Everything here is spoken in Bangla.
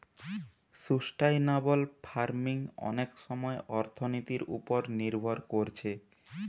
সুস্টাইনাবল ফার্মিং অনেক সময় অর্থনীতির উপর নির্ভর কোরছে